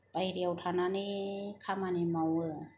बायहेरायाव थानानै खामानि मावो